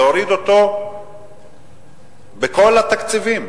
להוריד אותו בכל התקציבים.